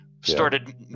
started